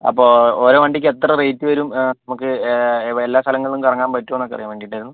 അപ്പോൾ ഓരോ വണ്ടിക്കും എത്ര റേറ്റ് വരും നമുക്ക് എല്ലാ സ്ഥലങ്ങളിലും കറങ്ങാൻ പറ്റുമോ എന്നൊക്കെ അറിയാൻ വേണ്ടിയിട്ടായിരുന്നു